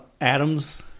Adam's